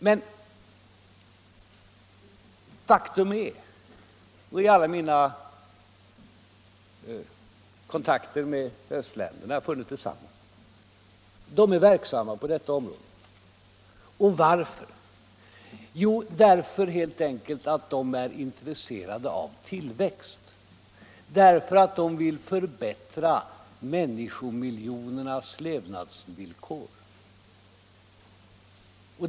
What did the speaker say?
Men faktum är att jag i alla mina kontakter med östländerna funnit detsamma: de är verksamma på kärnkraftsområdet. Varför? Jo, helt enkelt för att de är intresserade av tillväxt och därför att de vill förbättra människomiljonernas levnadsvillkor.